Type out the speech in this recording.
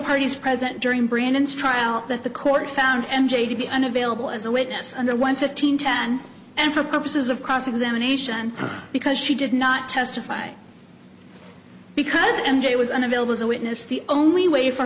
parties present during branden's trial that the court found m j to be unavailable as a witness under one fifteen ten and for purposes of cross examination because she did not testify because m j was unavailable as a witness the only way for